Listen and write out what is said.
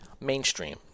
Mainstream